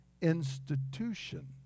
institution